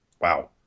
Wow